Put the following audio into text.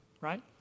right